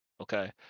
Okay